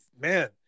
man